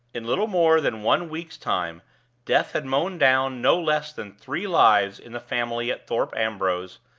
in little more than one week's time death had mown down no less than three lives in the family at thorpe ambrose,